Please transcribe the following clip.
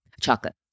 Chocolate